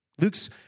Luke's